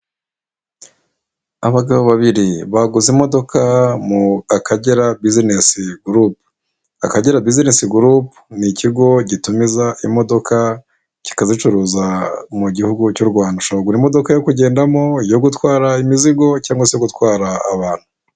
Abagabo babiri baguze imodoka mu Kagera buzinesi gurupe, Akagera buzinesi gurupe ni ikigo gitumiza imodoka kikazicuruza mu gihugu cy'u Rwanda, ushobora kugura imodoka yo kugendamo, yo gutwara imizigo cyangwa se yo gutwara abantu.